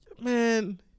man